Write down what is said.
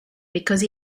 because